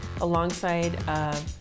alongside